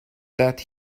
that